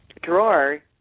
drawer